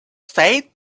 say